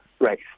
right